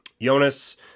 Jonas